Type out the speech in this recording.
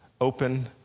open